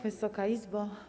Wysoka Izbo!